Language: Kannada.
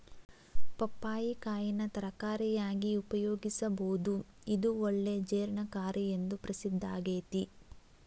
ಪಪ್ಪಾಯಿ ಕಾಯಿನ ತರಕಾರಿಯಾಗಿ ಉಪಯೋಗಿಸಬೋದು, ಇದು ಒಳ್ಳೆ ಜೇರ್ಣಕಾರಿ ಎಂದು ಪ್ರಸಿದ್ದಾಗೇತಿ